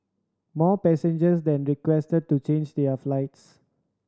more passengers then requested to change their flights